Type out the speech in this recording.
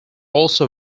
also